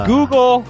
Google